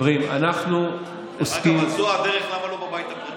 אם זו הדרך, למה לא גם בבית הפרטי?